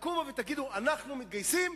תקומו ותגידו: אנחנו מתגייסים